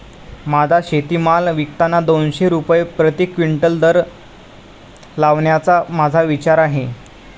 माझा शेतीमाल विकताना दोनशे रुपये प्रति क्विंटल दर लावण्याचा माझा विचार आहे